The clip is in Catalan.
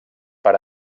per